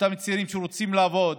אותם צעירים וצעירות שרוצים לעבוד,